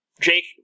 Jake